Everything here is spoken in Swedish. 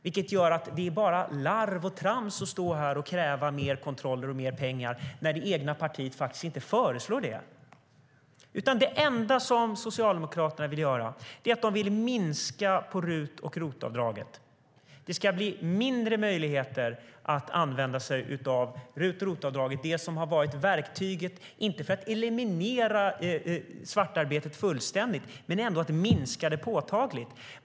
Det gör att det bara är larv och trams att stå här och kräva mer kontroller och mer pengar när det egna partiet faktiskt inte föreslår det. Det enda som Socialdemokraterna vill göra är att de vill minska på RUT och ROT-avdragen. Det ska bli mindre möjligheter att använda sig av dessa avdrag - det som har varit verktyget inte för att eliminera svartarbetet fullständigt, men för att minska det påtagligt.